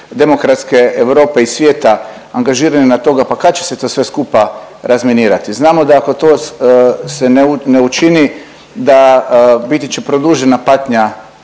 demokratske Europe i svijeta angažirani na toga, pa kad će se to sve skupa razminirati? Znamo da ako to se ne učini da biti će produžena patnja